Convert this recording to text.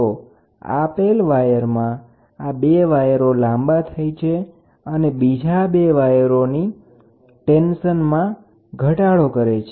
તો આપેલ વાયરમાં આ બે વાયરોની લંબાઇ વધે છે અને બીજા બે વાયરોના ટેન્શનમાં ઘટાડો કરે છે